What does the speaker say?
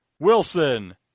Wilson